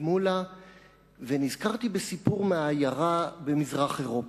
מולה ונזכרתי בסיפור מהעיירה במזרח אירופה: